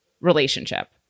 relationship